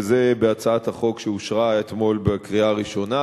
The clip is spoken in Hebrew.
וזה בהצעת החוק שאושרה אתמול בקריאה ראשונה,